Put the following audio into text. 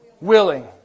willing